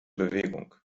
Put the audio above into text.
bewegung